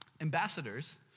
ambassadors